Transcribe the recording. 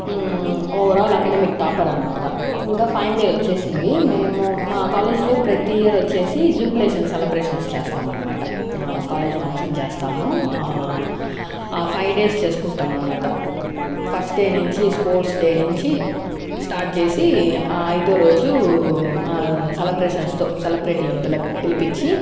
overall academic topper అనమాట ఇంకా final year వచ్చేసింది మేము మా కాలేజీ లో ప్రతి ఇయర్ వచ్చేసి జూబిలేషన్ సెలబ్రేషన్స్ చేస్తాము అనమాట కాలేజ్ ఫంక్షన్ చేస్తాము ఫైవ్ డేస్ చేసుకుంటాం అనమాట ఫస్ట్ డే నుంచి స్పోర్ట్స్ డే నుంచి స్టార్ట్ చేసి ఐదో రోజు సెలబ్రేషన్స్ తో సెలబ్రిటీ లని పిల పిలిపించి